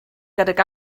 gydag